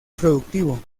productivo